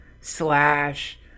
slash